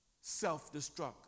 self-destruct